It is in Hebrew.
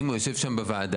אם הוא יושב שם בוועדה.